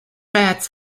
beds